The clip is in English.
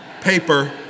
paper